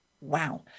wow